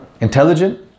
intelligent